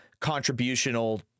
contributional